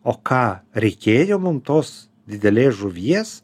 o ką reikėjo mum tos didelės žuvies